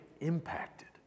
impacted